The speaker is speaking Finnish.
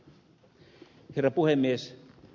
herra puhemies